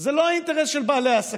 זה לא האינטרס של בעלי העסקים,